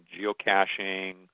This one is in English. geocaching